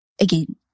again